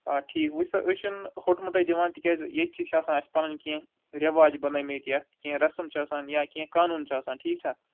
آ ٹھیٖک وٕچھ سا أسۍ چھِنہٕ ہُٹہٕ مُٹَے دِوان تِکیٛازِ ییٚتھی چھِ آسان پنٕنۍ کیٚنٛہہ رٮ۪واج بنٲمٕتۍ یَتھ کیٚنٛہہ رسٕم چھِ آسان یا کیٚنٛہہ قانون چھِ آسان ٹھیٖک چھَا